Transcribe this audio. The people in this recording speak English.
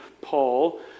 Paul